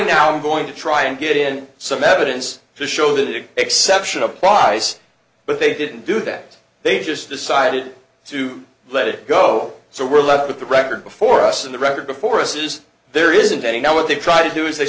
now am going to try and get in some evidence to show the exception applies but they didn't do that they just decided to let it go so we're left with the record before us in the record before us is there isn't any now what they try to do is they